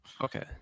Okay